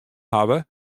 hawwe